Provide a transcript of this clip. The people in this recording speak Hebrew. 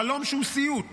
חלום שהוא סיוט.